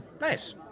Nice